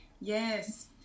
yes